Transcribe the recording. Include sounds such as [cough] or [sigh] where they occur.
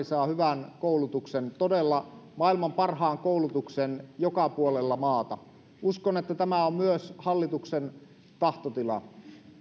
[unintelligible] saa hyvän koulutuksen todella maailman parhaan koulutuksen joka puolella maata uskon että tämä on myös hallituksen tahtotila